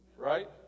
right